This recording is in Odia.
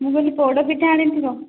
ମୁଁ କହିଲି ପୋଡ଼ପିଠା ଆଣିଥିବ